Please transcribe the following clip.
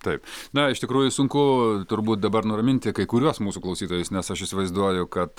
taip na iš tikrųjų sunku turbūt dabar nuraminti kai kuriuos mūsų klausytojus nes aš įsivaizduoju kad